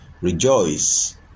rejoice